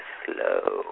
slow